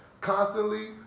constantly